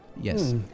Yes